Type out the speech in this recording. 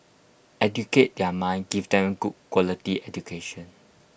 educate their mind give them good quality education